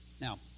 Now